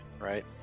right